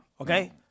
okay